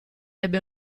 ebbe